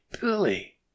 billy